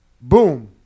Boom